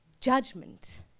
Judgment